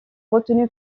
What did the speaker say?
retenu